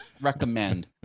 recommend